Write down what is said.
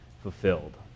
fulfilled